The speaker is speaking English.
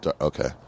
okay